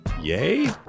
Yay